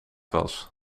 was